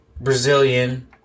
Brazilian